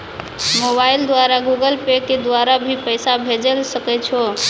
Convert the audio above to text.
Mobile द्वारा Google Pay के द्वारा भी पैसा भेजै सकै छौ?